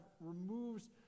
removes